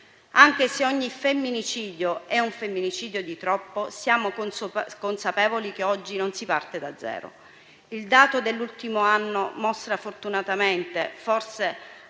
Anche se ogni femminicidio è un femminicidio di troppo, siamo consapevoli che oggi non si parte da zero. Il dato dell'ultimo anno mostra fortunatamente, forse